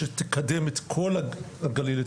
שתקדם את כל הגליל,